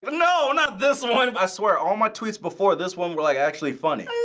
but no, not this one. i swear, all my tweets before this one were like actually funny.